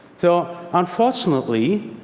so unfortunately,